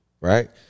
Right